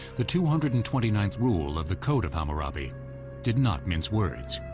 the two hundred and twenty ninth rule of the code of hammurabi did not mince words.